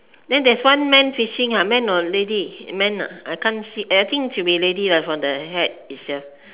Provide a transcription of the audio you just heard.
then there's one man fishing ah man or lady man ah man I can't see I think should be lady lah from the hat itself